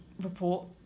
report